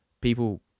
people